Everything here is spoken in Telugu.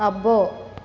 అబ్బో